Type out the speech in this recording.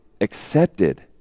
accepted